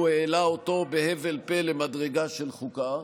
הוא העלה אותו בהבל פה למדרגה של חוקה.